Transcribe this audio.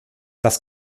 das